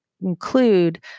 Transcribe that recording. include